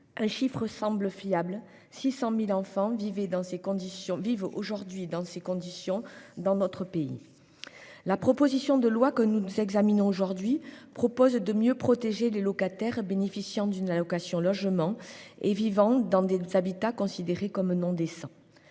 Un chiffre semble fiable : 600 000 enfants vivraient dans ces conditions aujourd'hui dans notre pays. La proposition de loi que nous examinons aujourd'hui vise à mieux protéger les locataires bénéficiant d'une allocation logement et vivant dans des habitats considérés comme non décents.